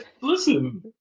Listen